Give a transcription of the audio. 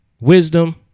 wisdom